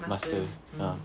master ah